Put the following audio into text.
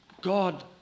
God